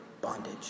bondage